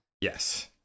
Yes